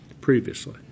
previously